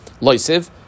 loisiv